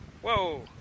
Whoa